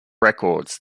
records